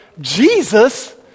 Jesus